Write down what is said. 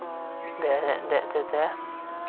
ᱫᱮᱡ ᱠᱟᱛᱮ